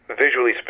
visually